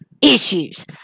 issues